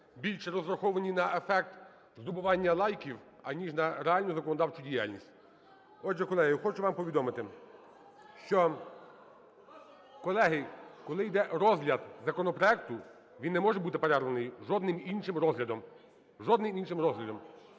більше розраховані на ефект здобування лайків, аніж на реальну законодавчу діяльність. Отже, колеги, хочу вам повідомити, що… (Шум у залі) Колеги, коли йде розгляд законопроекту, він не може бути перерваний жодним іншим розглядом, жодним іншим розглядом.